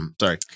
Sorry